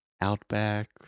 Outback